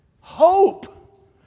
hope